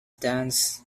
dance